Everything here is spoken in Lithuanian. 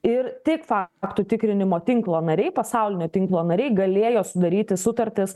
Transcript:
ir tik faktų tikrinimo tinklo nariai pasaulinio tinklo nariai galėjo sudaryti sutartis